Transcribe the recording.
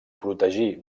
protegir